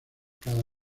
cada